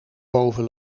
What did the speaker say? boven